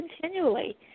continually